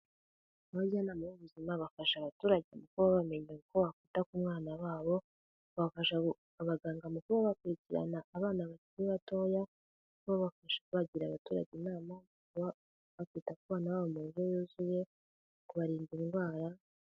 Abajyanama b'ubuzima bafasha abaturage kuba bamenya uko bafata ku mwana wabo bafasha abaganga mu kuba bakurikirana abana bakiri batoya babafasha kuba bagira abaturage inama kuba bakita ku bana babo mu ndyo yuzuye kubarinda indwara.